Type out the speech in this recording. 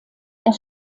das